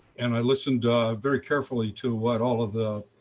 and i listened very carefully to what all of the